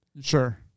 Sure